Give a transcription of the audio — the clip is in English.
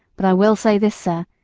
but i will say this, sir,